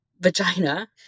vagina